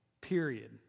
Period